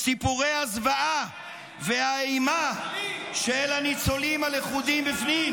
סיפורי הזוועה והאימה של הניצולים הלכודים בפנים.